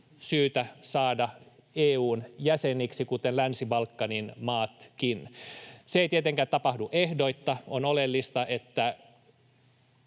syytä saada EU:n jäseniksi, kuten Länsi-Balkanin maatkin. Se ei tietenkään tapahdu ehdoitta. On oleellista, että